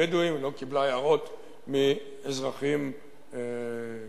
הבדואים ולא קיבלה הערות מאזרחים פרטיים,